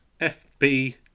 fb